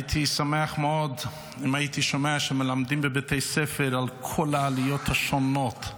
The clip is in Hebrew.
הייתי שמח מאוד אם הייתי שומע שמלמדים בבתי הספר על כל העליות השונות,